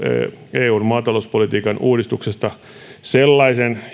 eun maatalouspolitiikan uudistuksesta sellaisen